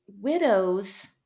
widows